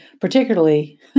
particularly